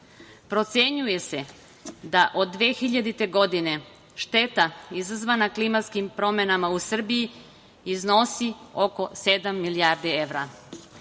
Procenjuje se da od 2000. godine šteta izazvana klimatskim promenama u Srbiji iznosi oko 7.000.000.000